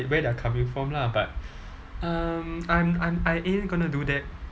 where they are coming from lah but um I'm I'm I ain't gonna do that